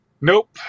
Nope